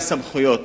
הסמכויות,